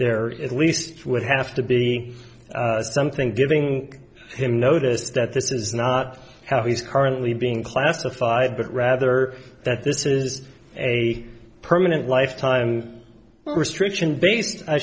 there is at least would have to be something giving him notice that this is not how he's currently being classified but rather that this is a permanent lifetime restriction